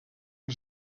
que